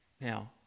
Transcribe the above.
Now